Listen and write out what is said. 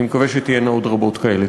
אני מקווה שתהיינה עוד רבות כאלה.